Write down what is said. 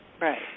Right